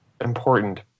important